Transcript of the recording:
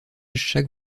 chaque